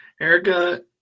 Erica